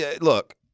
look